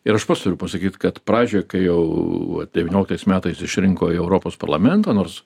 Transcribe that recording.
ir aš pats turiu pasakyt kad pradžioj kai jau devynioliktais metais išrinko į europos parlamentą nors